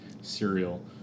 cereal